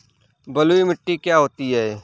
बलुइ मिट्टी क्या होती हैं?